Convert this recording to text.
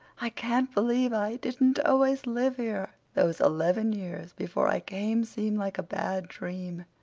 i can't believe i didn't always live here. those eleven years before i came seem like a bad dream.